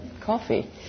coffee